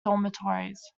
dormitories